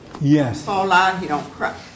Yes